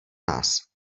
nás